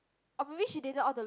or maybe she didn't all the